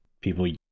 people